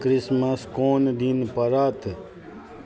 Christmas कोन दिन पड़त